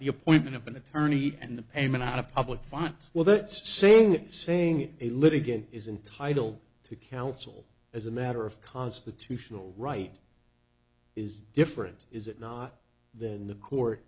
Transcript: the appointment of an attorney and the payment of public funds well that's saying saying a litigant is entitled to counsel as a matter of constitutional right is different is it not than the court